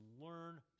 learn